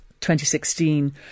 2016